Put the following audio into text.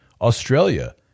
Australia